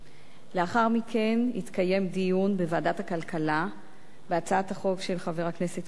לאחר מכן התקיים דיון בוועדת הכלכלה בהצעת החוק של חבר הכנסת כבל,